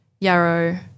yarrow